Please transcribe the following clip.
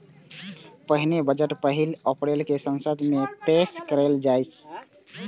पहिने बजट पहिल अप्रैल कें संसद मे पेश कैल जाइत रहै